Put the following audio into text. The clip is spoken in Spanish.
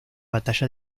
batalla